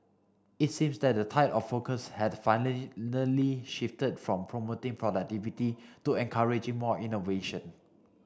it seems that the tide of focus has shifted from promoting productivity to encouraging more innovation